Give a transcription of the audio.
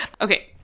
Okay